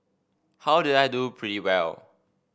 how did I do pretty well